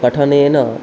पठनेन